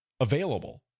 available